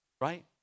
right